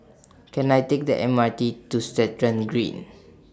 Can I Take The M R T to Stratton Green